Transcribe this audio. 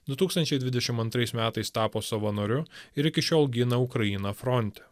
du tūkstančiai dvidešim antrais metais tapo savanoriu ir iki šiol gina ukrainą fronte